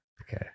Okay